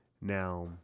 Now